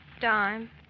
Dime